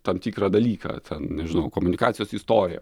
tam tikrą dalyką ten nežinau komunikacijos istoriją